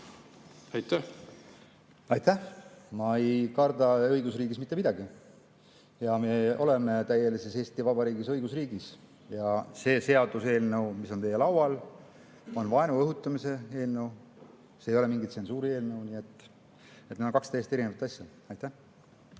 Aitäh! Ma ei karda õigusriigis mitte midagi. Me oleme täielises Eesti Vabariigis, õigusriigis. See seaduseelnõu, mis on teie laual, on vaenu õhutamise eelnõu. See ei ole mingi tsensuurieelnõu. Need on kaks täiesti erinevat asja. Aitäh!